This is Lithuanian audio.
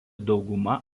dauguma